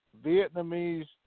Vietnamese